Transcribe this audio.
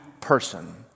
person